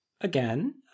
again